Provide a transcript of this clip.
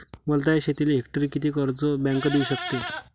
वलताच्या शेतीले हेक्टरी किती कर्ज बँक देऊ शकते?